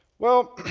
well,